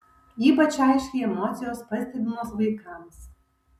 ypač aiškiai emocijos pastebimos vaikams